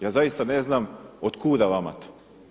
Ja zaista ne znam otkuda vama to.